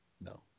no